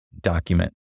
document